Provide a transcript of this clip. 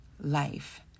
life